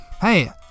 Hey